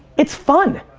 it's fun.